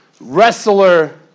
wrestler